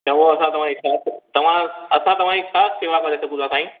चओ असां तव्हांजी छा तव्हां असां तव्हांजी छा शेवा करे सघूं था साईं